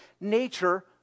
nature